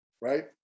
right